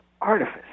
artifice